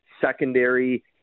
secondary